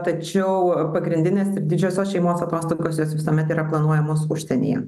tačiau pagrindinės ir didžiosios šeimos atostogos jos visuomet yra planuojamos užsienyje